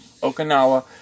Okinawa